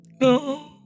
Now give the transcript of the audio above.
No